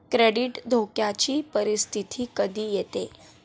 credit धोक्याची परिस्थिती कधी येते